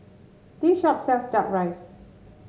this shop sells duck rice